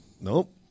Nope